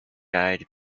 eyed